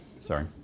Sorry